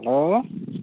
hello